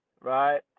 right